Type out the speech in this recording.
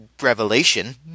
revelation